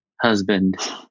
husband